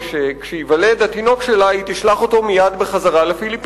וכשייוולד התינוק שלה היא תשלח אותו מייד לפיליפינים,